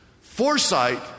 foresight